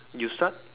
you start